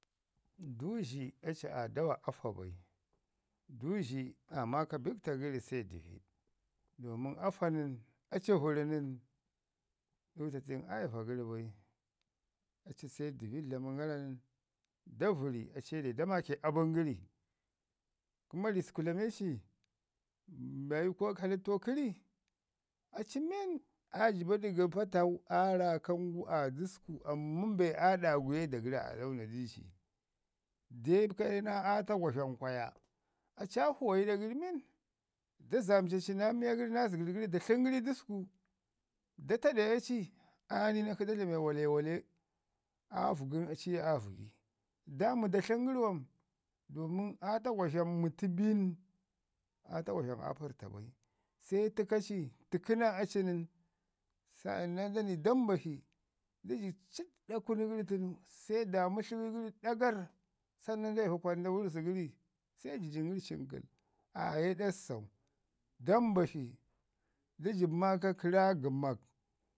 Duuzhi aci aa dawa afa bai, duuzhi aa maaka bit to gəri se dəviɗ, domin afa nən, aci vəri nən, duutatin aa iva gəri bai, aci se dəviɗ dlamən gara nən da vəri aci ye dayi da maake abən gəri, kuma ri dlame aci halittau kəri, aci men aa jiba dəga patau aa raakan a dəsku, amman be aa ɗa gu ye da gəri aa launa duci na atagurazham kwaya, aci sa fuwayi i ɗa gəri man, da zamcaci naa miya gəri naa zərər gəri, da tlən gəri ii dəsku, da taɗe aci, aani nən akshi da dlame walewale ga vəgi da mi da tlən gəri wan. Domin aatagwazham mətu ɓin, aatagwazham aa pərrta bai se təka ci, təkə naa aci mən sa'annam dai ni d mbashi da jib cikɗa kunu gəri tənu se daamu tləwi gəri ɗagarr sannan de ivu kwanda wurizi gəri se jijim gəri cinkəl. Aye ɗak sau da mbashi da jib maaka karagə mak,